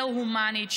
יותר הומנית.